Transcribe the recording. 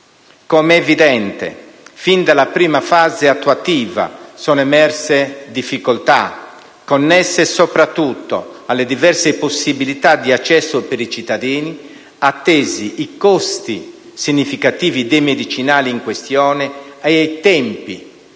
Come è evidente, fin dalla prima fase attuativa sono emerse difficoltà, connesse soprattutto alle diverse possibilità di accesso per i cittadini, attesi i costi significativi dei medicinali in questione e ai tempi